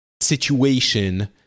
situation